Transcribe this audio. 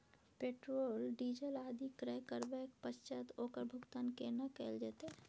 Petrol, diesel आदि क्रय करबैक पश्चात ओकर भुगतान केना कैल जेतै?